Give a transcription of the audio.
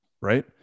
Right